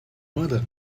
murder